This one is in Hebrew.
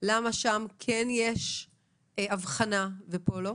עליהם דיברתם ואני שואלת למה שם כן יש הבחנה וכאן לא?